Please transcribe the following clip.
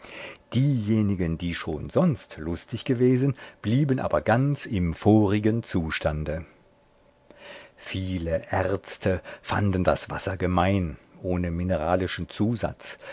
diejenigen die schon sonst lustig gewesen blieben aber ganz in vorigem zustande viele ärzte fanden das wasser gemein ohne mineralischen zusatz